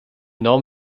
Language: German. norm